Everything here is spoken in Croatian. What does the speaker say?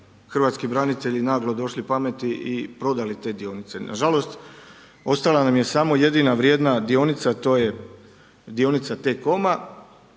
hrvatski branitelji naglo doći pameti i prodali te dionice. Nažalost ostala nam je samo jedina vrijedna dionica a to je dionica T-coma.